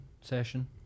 session